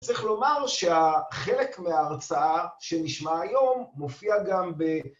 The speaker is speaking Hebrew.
צריך לומר שהחלק מההרצאה שנשמע היום מופיע גם ב...